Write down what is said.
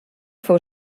fou